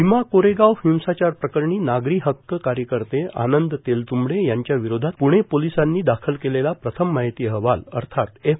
भीमा कोरेगाव हिंसाचार प्रकरणी नागरी हक्क कार्यकर्ते आनंद तेलतंबडे यांच्या विरोधात पृणे पोलिसांनी दाखल केलेला प्रथम माहिती अहवाल अर्थात एफ